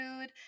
food